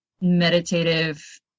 meditative